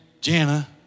Jana